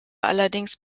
allerdings